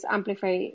Amplify